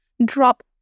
drop